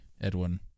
Edwin